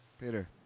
Peter